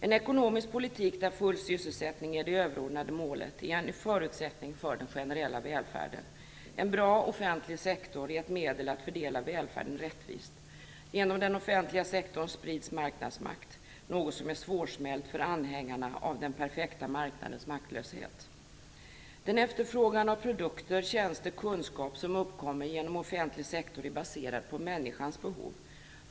En ekonomisk politik där full sysselsättning är det överordnade målet är en förutsättning för den generella välfärden. En bra offentlig sektor är ett medel att fördela välfärden rättvist. Genom den offentliga sektorn sprids marknadsmakt - något som är svårsmält för anhängarna av "den perfekta marknadens" maktlöshet. Den efterfrågan av produkter, tjänster, kunskap som uppkommer genom offentlig sektor är baserad på människans behov.